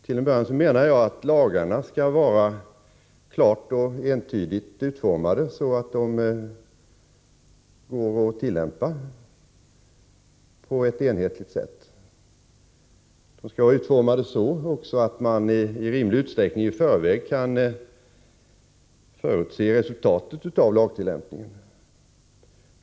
Till en början menar jag att lagarna skall vara klart och entydigt utformade, så att de går att tillämpa på ett enhetligt sätt. De skall också vara utformade så, att man i rimlig utsträckning i förväg kan förutse resultatet av lagtillämpningen.